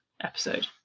episode